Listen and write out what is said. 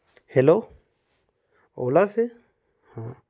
hello Ola से हाँ